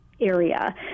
area